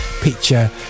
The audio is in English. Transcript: picture